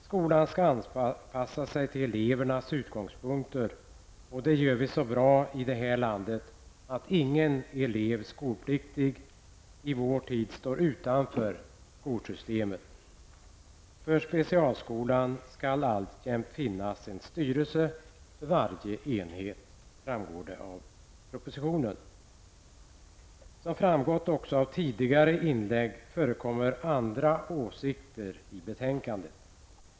Skolan skall anpassa sig till elevernas utgångspunkter, och det gör vi så bra här i landet att ingen skolpliktig elev i vår tid står utanför skolsystemet. För specialskolan skall alltjämt finnas en styrelse för varje enhet, framgår det av propositionen. Som framgått av tidigare inlägg förekommer andra åsikter i betänkandet.